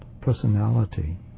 personality